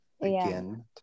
again